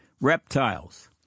reptiles